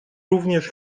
również